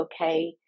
okay